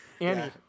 Annie